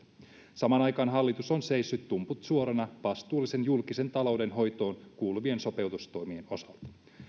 samaan aikaan hallitus on seissyt tumput suorina vastuulliseen julkisen talouden hoitoon kuuluvien sopeutustoimien osalta